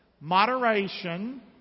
moderation